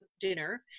dinner